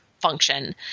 function